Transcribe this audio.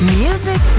music